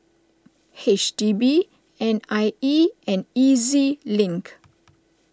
H D B N I E and E Z Link